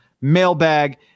mailbag